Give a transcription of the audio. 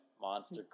Monster